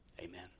Amen